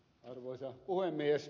arvoisa puhemies